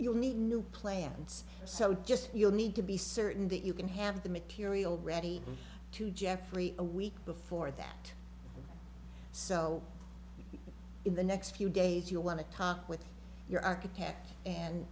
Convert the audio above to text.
need new plans so just you'll need to be certain that you can have the material ready to jeffrey a week before that so in the next few days you want to talk with your architect and